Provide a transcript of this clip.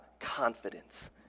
confidence